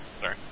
Sorry